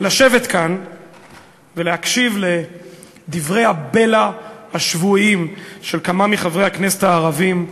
לשבת כאן ולהקשיב לדברי הבלע השבועיים של כמה מחברי הכנסת הערבים,